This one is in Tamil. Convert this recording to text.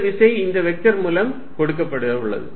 இந்த விசை இந்த வெக்டர் மூலம் கொடுக்கப்பட உள்ளது